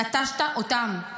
נטשת אותם.